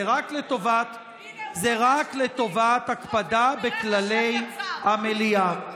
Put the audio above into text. זה רק לטובת הקפדה על כללי המליאה.